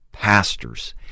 pastors